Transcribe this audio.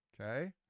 okay